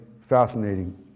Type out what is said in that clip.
fascinating